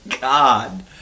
God